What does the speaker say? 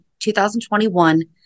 2021